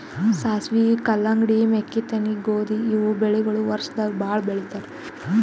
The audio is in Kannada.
ಸಾಸ್ವಿ, ಕಲ್ಲಂಗಡಿ, ಮೆಕ್ಕಿತೆನಿ, ಗೋಧಿ ಇವ್ ಬೆಳಿಗೊಳ್ ವರ್ಷದಾಗ್ ಭಾಳ್ ಬೆಳಿತಾರ್